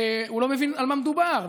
הוא לא מבין על מה מדובר.